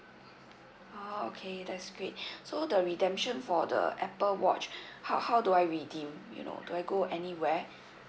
oh okay that's great so the redemption for the apple watch how how do I redeem you know do I go anywhere